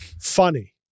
funny